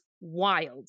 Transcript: wild